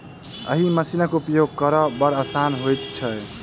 एहि मशीनक उपयोग करब बड़ आसान होइत छै